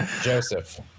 Joseph